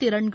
திறன்கள்